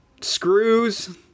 screws